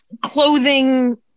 clothing